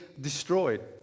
destroyed